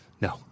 No